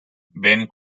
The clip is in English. ben